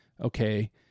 okay